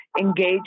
engage